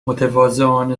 متواضعانه